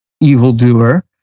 evildoer